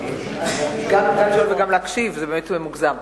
גם לשאול וגם להקשיב זה באמת מוגזם.